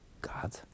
god